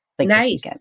Nice